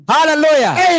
Hallelujah